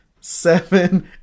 seven